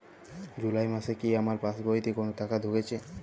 জুলাই মাসে কি আমার পাসবইতে কোনো টাকা ঢুকেছে?